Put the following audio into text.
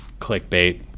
clickbait